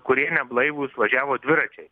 kurie neblaivūs važiavo dviračiais